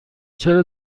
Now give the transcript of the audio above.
چرا